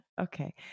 Okay